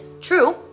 True